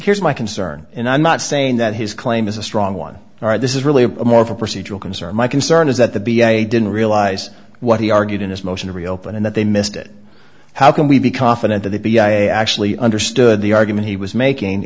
here's my concern and i'm not saying that his claim is a strong one all right this is really more of a procedural concern my concern is that the b a didn't realise what he argued in his motion to reopen and that they missed it how can we be confident that they be i actually understood the argument he was making